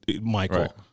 Michael